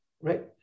right